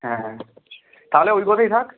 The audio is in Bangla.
হ্যাঁ হ্যাঁ তাহলে ওই কথাই থাক